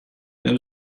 there